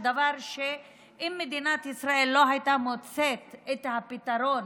וזה דבר שאם מדינת ישראל לא הייתה מוצאת את הפתרון